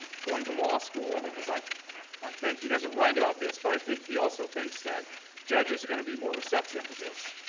going to law school, because i i think, he doesn't write about this, but i think he also thinks that judges are going to be more receptive to this.